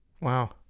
Wow